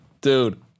Dude